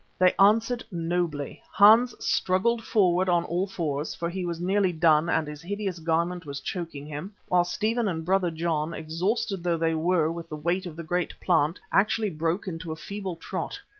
they answered nobly. hans struggled forward on all fours, for he was nearly done and his hideous garment was choking him, while stephen and brother john, exhausted though they were with the weight of the great plant, actually broke into a feeble trot.